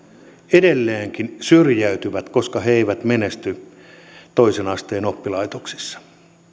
edelleenkin syrjäytyvät koska he eivät menesty toisen asteen oppilaitoksissa